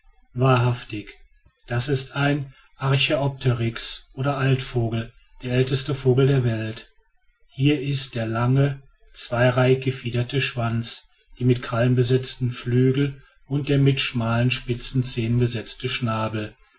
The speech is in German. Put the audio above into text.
wahrhaftig das ist ein archäopteryx oder altvogel der älteste vogel der welt hier ist der lange zweireihig gefiederte schwanz die mit krallen besetzten flügel und der mit schmalen spitzigen zähnen besetzte schnabel